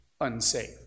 unsafe